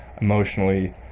emotionally